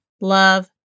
Love